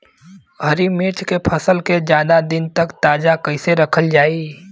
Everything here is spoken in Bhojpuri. हरि मिर्च के फसल के ज्यादा दिन तक ताजा कइसे रखल जाई?